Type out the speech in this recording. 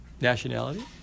Nationality